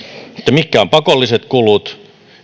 mitkä ovat pakolliset kulut